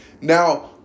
Now